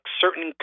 certain